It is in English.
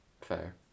Fair